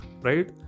right